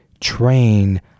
train